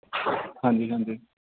ਹਾਂਜੀ ਹਾਂਜੀ